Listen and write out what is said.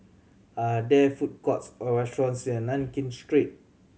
are there food courts or restaurants near Nankin Street